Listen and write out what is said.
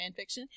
fanfiction